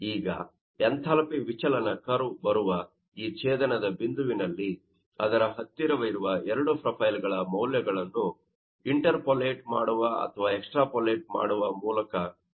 ಈಗ ಈ ಎಂಥಾಲ್ಪಿ ವಿಚಲನ ಕರ್ವ್ ಬರುವ ಈ ಛೇದನದ ಬಿಂದುವಿನಲ್ಲಿ ಅದರ ಹತ್ತಿರವಿರುವ ಎರಡು ಪ್ರೊಫೈಲ್ಗಳ ಮೌಲ್ಯಗಳನ್ನು ಇಂಟರ್ಪೋಲೇಟ್ ಮಾಡುವ ಅಥವಾ ಎಕ್ಸ್ಟ್ರಾಪೋಲೇಟ್ ಮಾಡುವ ಮೂಲಕ ತಿಳಿಯಬೇಕು